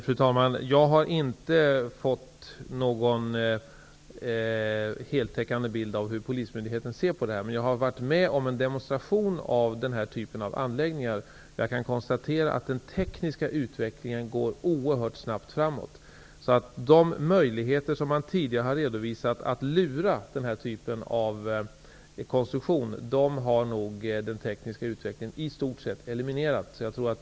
Fru talman! Jag har ingen heltäckande bild när det gäller hur polismyndigheten ser på detta. Men jag har varit närvarande vid en demonstration av den här typen av anläggning. Och jag har konstaterat att den tekniska utvecklingen går oerhört snabbt framåt. De möjligheter till att ''lura'' den här typen av konstruktion som man tidigare har redovisat har tack vare den tekniska utvecklingen i stort sett eliminerats.